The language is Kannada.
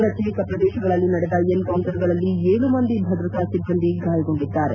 ಪ್ರತ್ಯೇಕ ಪ್ರದೇಶಗಳಲ್ಲಿ ನಡೆದ ಎನ್ಕೌಂಟರ್ಗಳಲ್ಲಿ ಏಳು ಮಂದಿ ಭದ್ರತಾ ಸಿಬ್ಬಂದಿ ಗಾಯಗೊಂಡಿದ್ದಾರೆ